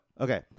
okay